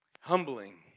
Humbling